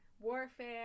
warfare